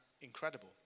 incredible